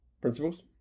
principles